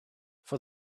for